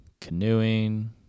Canoeing